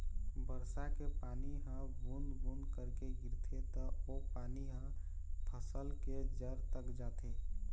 बरसा के पानी ह बूंद बूंद करके गिरथे त ओ पानी ह फसल के जर तक जाथे